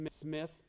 Smith